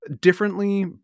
differently